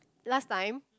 last time